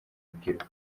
rubyiruko